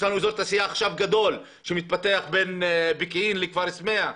יש לנו עכשיו אזור תעשייה גדול שמתפתח בין פקיעין לכפר סמיע.